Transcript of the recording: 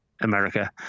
America